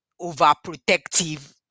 overprotective